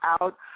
out